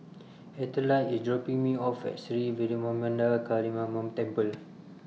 Ethyle IS dropping Me off At Sri Vairavimada Kaliamman Temple